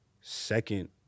second